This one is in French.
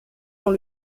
dans